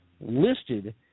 listed